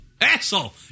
Asshole